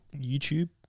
YouTube